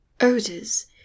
Odors